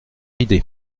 idée